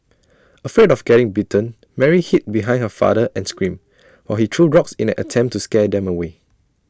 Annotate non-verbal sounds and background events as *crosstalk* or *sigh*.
*noise* afraid of getting bitten Mary hid behind her father and screamed while he threw rocks in an attempt to scare them away